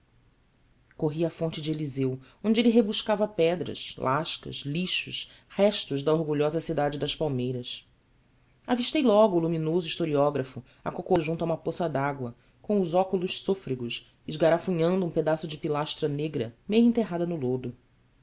à fonte de eliseu onde ele rebuscava pedras lascas lixos restos da orgulhosa cidade das palmeiras avistei logo o luminoso historiógrafo acocorado junto a uma poça de água com os óculos sôfregos escarafunchando um pedaço de pilastra negra meio enterrada no lodo